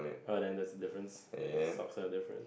orh then the difference the socks are different